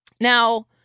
Now